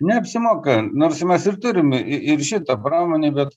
neapsimoka nors mes ir turim i i ir šitą pramonę bet